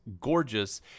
gorgeous